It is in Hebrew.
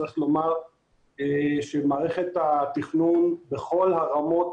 צריך לומר שמערכת התכנון בכל הרמות,